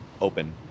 open